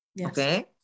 okay